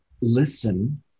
listen